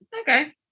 Okay